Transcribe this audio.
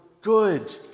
good